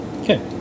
Okay